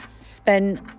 spent